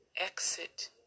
exit